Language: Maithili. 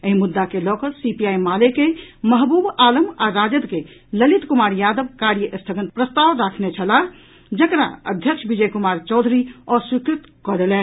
एहि मुद्दा के लऽकऽ सीपीआई माले के महबूब आलम आ राजद के ललित कुमार यादव कार्यस्थगन प्रस्ताव राखने छलाह जकरा अध्यक्ष विजय कुमार चौधरी अस्वीकृत कऽ देलनि